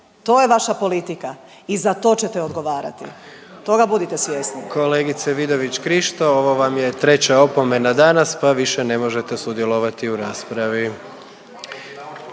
To je vaša politika i za to ćete odgovarati. Toga budite svjesni.